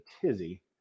tizzy